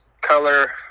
color